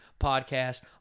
Podcast